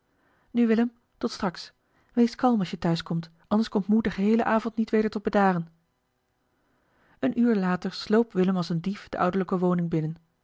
nu willem tot straks wees kalm als je thuis komt anders komt moe den geheelen avond niet weder tot bedaren een uur later sloop willem als een dief de ouderlijke woning binnen